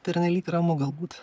pernelyg ramu galbūt